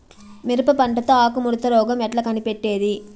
మిరప పంటలో ఆకు ముడత రోగం ఎట్లా కనిపెట్టేది?